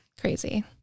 crazy